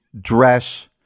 dress